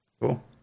Cool